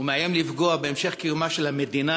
ומאיים לפגוע בהמשך קיומה של המדינה